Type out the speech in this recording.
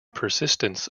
persistence